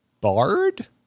Bard